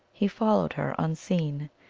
he followed her, un seen.